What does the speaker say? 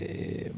være